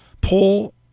pull